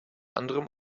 anderem